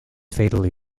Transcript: fatally